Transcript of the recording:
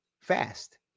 Fast